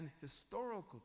historical